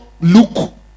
look